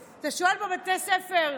אתה שואל בבתי ספר: